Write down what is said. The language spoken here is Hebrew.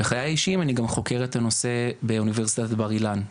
בחיי האישיים אני גם חוקר את הנושא באונ' בר אילן,